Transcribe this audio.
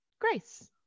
Grace